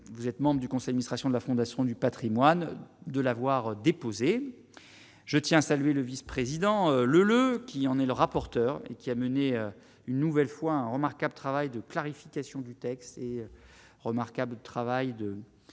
vous êtes membre du Conseil, ministre de la Fondation du Patrimoine de l'avoir déposé, je tiens à saluer le vice-président le le qui en est le rapporteur, et qui a mené une nouvelle fois un remarquable travail de clarification du texte est remarquable travail de